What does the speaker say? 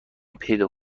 پیدا